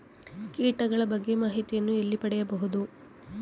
ಕೀಟಗಳ ಬಗ್ಗೆ ಮಾಹಿತಿಯನ್ನು ಎಲ್ಲಿ ಪಡೆಯಬೇಕು?